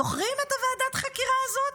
זוכרים את ועדת החקירה הזאת?